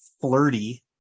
flirty